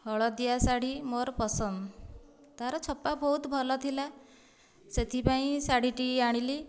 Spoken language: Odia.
ହଳଦିଆ ଶାଢ଼ୀ ମୋର ପସନ୍ଦ ତାର ଛପା ବହୁତ ଭଲ ଥିଲା ସେଥିପାଇଁ ଶାଢ଼ୀଟି ଆଣିଲି